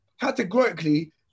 categorically